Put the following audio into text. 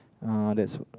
uh that's